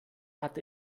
hat